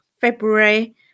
February